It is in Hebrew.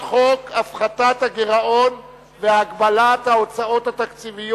היושב-ראש, ועדת הכספים?